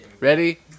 Ready